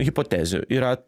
hipotezių yra